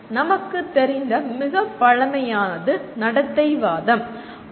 நமக்குத் தெரிந்த மிகப் பழமையானது "நடத்தை வாதம்"